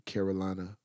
Carolina